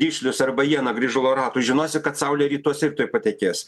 dišlius arba iena grįžulo ratų žinosi kad saulė rytuose ir tuoj patekės